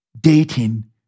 dating